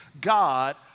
God